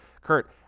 Kurt